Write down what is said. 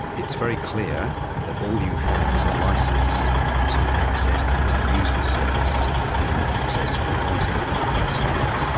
it's very clear that all you have is a licence to access and to use the service and access the content that you've placed on it.